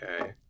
Okay